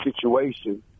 situation